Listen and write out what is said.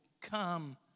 come